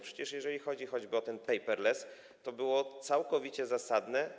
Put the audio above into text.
Przecież jeżeli chodzi choćby o ten paperless, to było całkowicie zasadne.